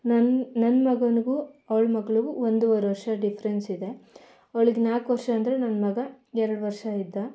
ನನ್ನ ನನ್ನ ಮಗನಿಗೂ ಅವ್ಳ ಮಗ್ಳಿಗೂ ಒಂದು ವರೆ ವರ್ಷ ಡಿಫ್ರೆನ್ಸಿದೆ ಅವ್ಳಿಗೆ ನಾಲ್ಕು ವರ್ಷ ಅಂದರೆ ನನ್ನ ಮಗ ಎರಡು ವರ್ಷ ಇದ್ದ